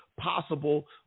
possible